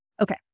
Okay